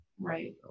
Right